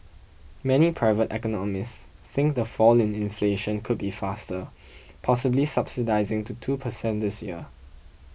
many private economists think the fall in inflation could be faster possibly subsiding to two per cent this year